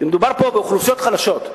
מדובר פה באוכלוסיות חלשות.